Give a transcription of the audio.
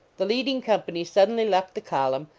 the leading company suddenly left the column,